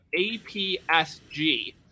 APSG